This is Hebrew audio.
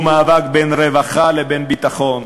זה מאבק בין רווחה לבין ביטחון,